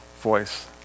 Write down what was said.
voice